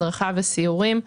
הדרכה וסיורים,